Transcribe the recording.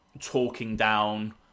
talking-down